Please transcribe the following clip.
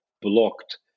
blocked